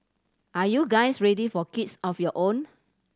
are you guys ready for kids of your own